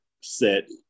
set